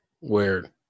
weird